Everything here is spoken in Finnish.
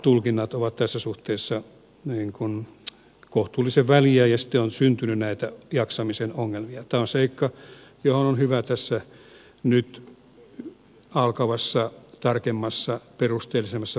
tulkinnat ovat tässä suhteessa kohtuullisen väljiä ja siten on syntynyt näitä jaksamisen ongelmia